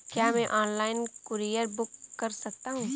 क्या मैं online courier book कर सकता हूँ?